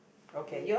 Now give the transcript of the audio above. okay